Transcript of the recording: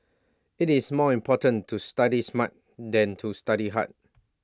IT is more important to study smart than to study hard